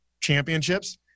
championships